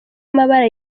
amabara